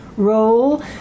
role